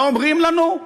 מה אומרים לנו?